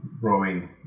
growing